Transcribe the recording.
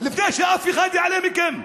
לפני שמישהו מכם עלה.